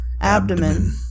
abdomen